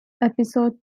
episode